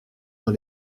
dans